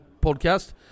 podcast